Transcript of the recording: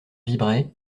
vibraient